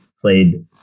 played